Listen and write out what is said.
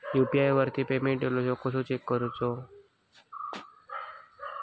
UPI वरती payment इलो तो कसो चेक करुचो?